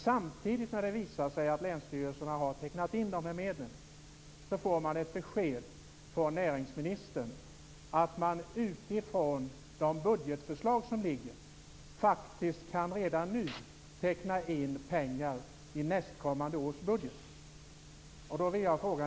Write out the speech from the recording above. Samtidigt som det visar sig att länsstyrelserna har tecknat in de här medlen får man från näringsministern beskedet att det faktiskt går att redan nu, utifrån de budgetförslag som föreligger, teckna in pengar i nästkommande års budget.